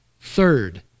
third